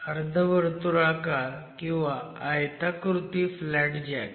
अर्धवर्तुळाकार किंवा आयताकृती फ्लॅट जॅक